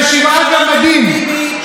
ושבעה גמדים,